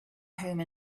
home